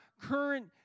current